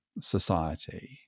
society